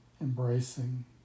embracing